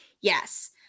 Yes